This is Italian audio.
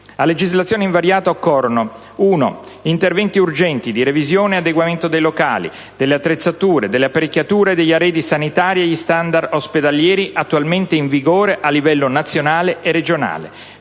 A legislazione invariata occorrono: interventi urgenti di revisione e adeguamento dei locali, delle attrezzature, delle apparecchiature e degli arredi sanitari agli *standard* ospedalieri attualmente in vigore a livello nazionale e regionale;